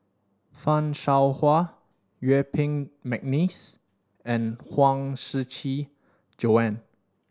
Fan Shao Hua Yuen Peng McNeice and Huang Shiqi Joan